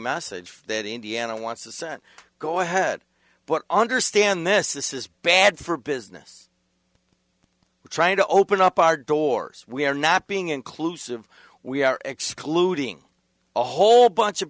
message that indiana wants to send go ahead but understand this is bad for business we're trying to open up our doors we are not being inclusive we are excluding a whole bunch of